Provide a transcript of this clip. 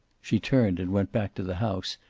she turned and went back to the house,